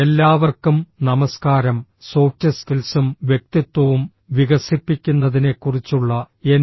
എല്ലാവർക്കും നമസ്കാരം സോഫ്റ്റ് സ്കിൽസും വ്യക്തിത്വവും വികസിപ്പിക്കുന്നതിനെക്കുറിച്ചുള്ള എൻ